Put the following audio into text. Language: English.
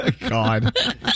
God